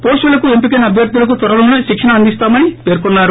పోస్టులకు ఎంపికయిన అభ్యర్థులకు త్వరలోనే శిక్షణ అందిస్తామని పేర్కొన్నారు